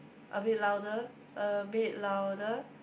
a bit louder a bit louder